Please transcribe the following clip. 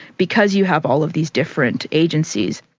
because you have all of these different agencies.